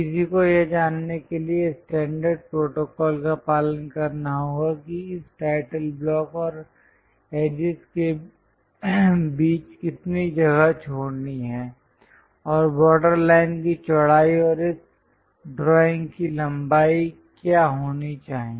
किसी को यह जानने के लिए स्टैंडर्ड प्रोटोकॉल का पालन करना होगा कि इस टाइटल ब्लॉक और एजिज के बीच कितनी जगह छोड़नी है और बॉर्डर लाइन की चौड़ाई और उस ड्राइंग की लंबाई क्या होनी चाहिए